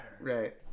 right